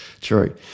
True